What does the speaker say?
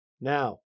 Now